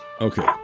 Okay